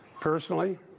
personally